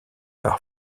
par